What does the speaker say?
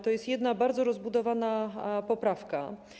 To jest jedna bardzo rozbudowana poprawka.